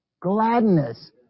Gladness